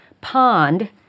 Pond